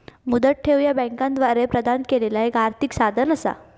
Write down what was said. मुदत ठेव ह्या बँकांद्वारा प्रदान केलेला एक आर्थिक साधन असा